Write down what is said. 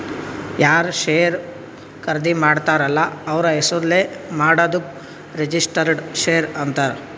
ಯಾರ್ ಶೇರ್ ಖರ್ದಿ ಮಾಡ್ತಾರ ಅಲ್ಲ ಅವ್ರ ಹೆಸುರ್ಲೇ ಮಾಡಾದುಕ್ ರಿಜಿಸ್ಟರ್ಡ್ ಶೇರ್ ಅಂತಾರ್